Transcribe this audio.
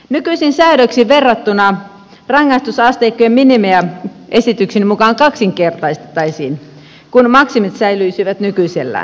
nykyisiin säädöksiin verrattuna rangaistusasteikkojen minimejä esitykseni mukaan kaksinkertaistettaisiin kun maksimit säilyisivät nykyisellään